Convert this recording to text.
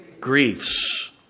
griefs